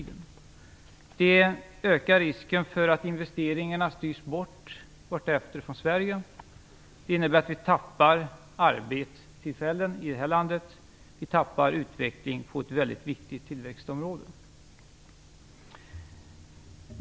Det ökar risken för att investeringarna vartefter styrs bort från Sverige. Det innebär att vi i det här landet tappar arbetstillfällen, att vi tappar utveckling på ett väldigt viktigt tillväxtområde.